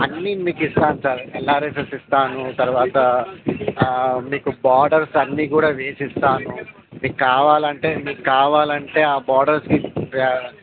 అన్నీ మీకు ఇస్తాను సార్ ఎల్ఆర్ఎస్ ఇస్తాను తరువాత మీకు బోడర్స్ అన్నీ కూడా వేసిస్తాను మీకు కావాలంటే మీకు కావాలంటే ఆ బోడర్స్కి